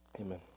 Amen